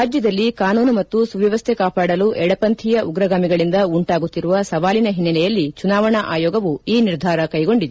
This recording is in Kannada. ರಾಜ್ಯದಲ್ಲಿ ಕಾನೂನು ಮತ್ತು ಸುವ್ಕವಸ್ಥೆ ಕಾಪಾಡಲು ಎಡಪಂಥೀಯ ಉಗ್ರಗಾಮಿಗಳಿಂದ ಉಂಟಾಗುತ್ತಿರುವ ಸವಾಲಿನ ಹಿನ್ನೆಲೆಯಲ್ಲಿ ಚುನಾವಣಾ ಆಯೋಗವು ಈ ನಿರ್ಧಾರ ಕೈಗೊಂಡಿದೆ